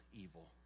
evil